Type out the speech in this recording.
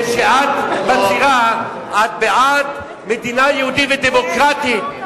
כשאת מצהירה שאת בעד מדינה יהודית ודמוקרטית,